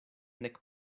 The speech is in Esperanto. nek